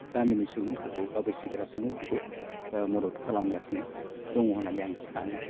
गामिनि सुबुंफोरखौ बा बैसोगोरा सुबुंफोरखौ मदद खालामगासिनो दङ होननानै आं सानो आरो